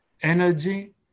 energy